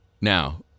Now